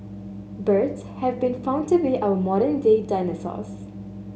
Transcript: birds have been found to be our modern day dinosaurs